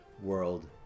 world